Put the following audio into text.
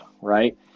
Right